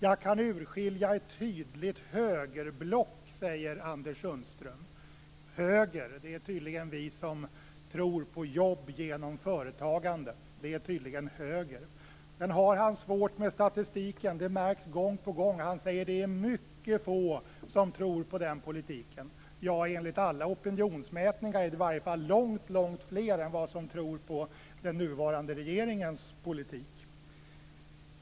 Jag kan urskilja ett tydligt högerblock, säger Anders Sundström. "Höger" är tydligen vi som tror på jobb genom företagande. Han har svårt med statistiken - det märks gång på gång. Han säger att det är mycket få som tror på den politiken. Enligt alla opinionsmätningar är det i varje fall långt långt fler än de som tror på den nuvarande regeringens politik.